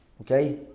okay